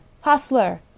Hostler